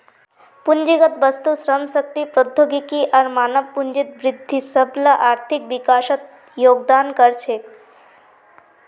पूंजीगत वस्तु, श्रम शक्ति, प्रौद्योगिकी आर मानव पूंजीत वृद्धि सबला आर्थिक विकासत योगदान कर छेक